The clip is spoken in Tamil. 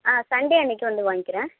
ஆ சண்டே அன்னைக்கு வந்து வாங்கிக்கிறேன்